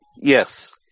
Yes